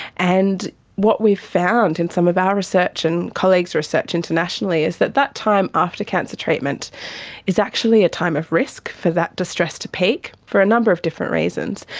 and what we've found in some of our research and colleagues' research internationally is that that time after cancer treatment is actually a time of risk for that distress to peak, for a number of different reasons.